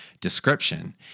description